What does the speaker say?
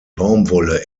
baumwolle